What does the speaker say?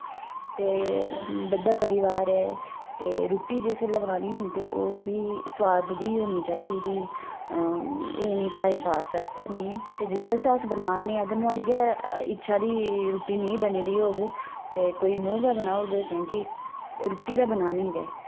ते बड्डा परिवार ऐ ते रुट्टी जिस बेल्लै बनानी निं ते ओह् बी सोआद दी होनी चाहिदी फ्ही एह् निं टाईम पास आस्तै निं ते जिस आस्तै अस बना'रने अगर नोहाड़ी गै इच्छा दी रुट्टी नेईं बनी दी होग ते कोई मूंह् गै बनाउड़ग कैंह् कि रुट्टी ते बनानी गै